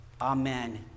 Amen